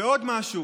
ועוד משהו,